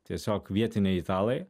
tiesiog vietiniai italai